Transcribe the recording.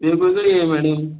वेगवेगळी आहे मॅडम